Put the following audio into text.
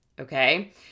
okay